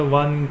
one